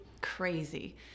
crazy